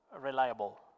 reliable